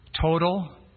total